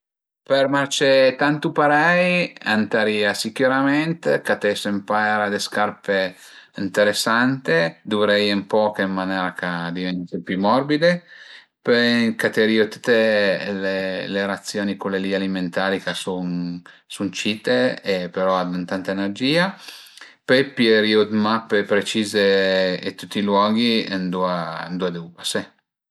Për marcé tantu parei ëntarìa sicürament catese ün paira d'scarpe ënteresante, duvreie ën poch ën manera ch'a diventu pi morbide, pöi më caterìu tüte le le razioni alimetari ch'a sun sun cite e però a dun-u tanta energìa, pöi pierìu d'mappe precize dë tüti i luoghi ëndua ëndua devu pasé